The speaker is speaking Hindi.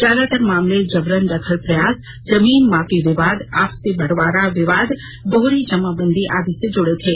ज्यादातर मामले जबरन दखल प्रयास जमीन मापी विवाद आपसी बटबारा विवाद दोहरी जमाबंदी आदि से जुड़े थे